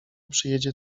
przyjedzie